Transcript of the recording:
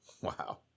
Wow